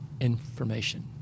information